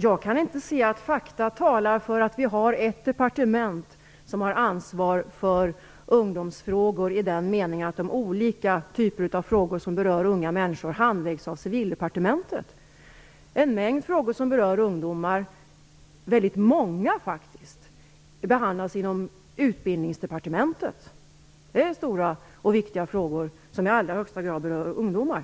Jag kan inte se att fakta talar för att vi har ett departement som har ansvar för ungdomsfrågor i den meningen att de olika typer av frågor som berör unga människor handläggs av Civildepartementet. En mängd frågor som berör ungdomar behandlas inom Utbildningsdepartementet. Det handlar om stora och viktiga frågor som i allra högsta grad berör ungdomar.